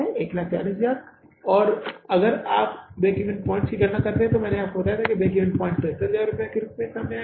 140000 और फिर से अगर आप ब्रेक इवन पॉइंट्स की गणना करते हैं तो मैंने आपको बताया था कि यह 75000 रुपये के रूप में सामने आएगा